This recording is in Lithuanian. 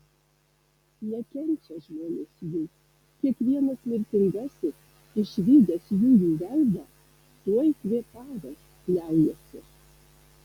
nekenčia žmonės jų kiekvienas mirtingasis išvydęs jųjų veidą tuoj kvėpavęs liaujasi